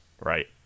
right